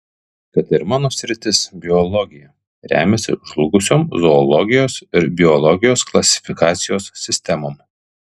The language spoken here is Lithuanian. kad ir mano sritis biologija remiasi žlugusiom zoologijos ir biologijos klasifikacijos sistemom